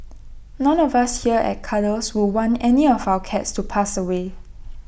none of us here at Cuddles would want any of our cats to pass away